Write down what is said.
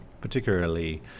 particularly